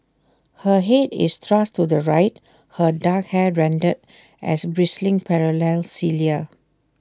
her Head is thrust to the right her dark hair rendered as bristling parallel cilia